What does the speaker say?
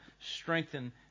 strengthen